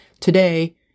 Today